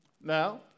Now